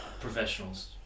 professionals